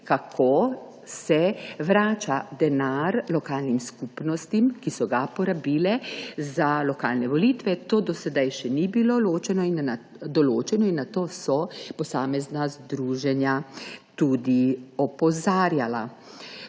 kako se vrača denar lokalnim skupnostim, ki so ga porabile za lokalne volitve. To do sedaj ni bilo določeno in na to so posamezna združenja tudi opozarjala.